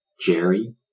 Jerry